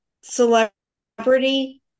celebrity